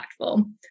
impactful